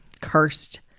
Cursed